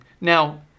Now